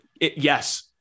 Yes